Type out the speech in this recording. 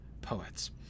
poets